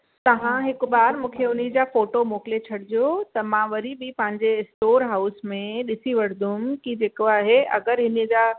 तव्हां हिकु बार मूंखे उन्ही जा फ़ोटो मोकिले छॾिजो त मां वरी बि पंहिंजे स्टोर हाउज़ में ॾिसी वठंदमि की जेको आहे अगरि हिनजा